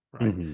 right